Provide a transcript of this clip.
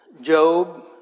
Job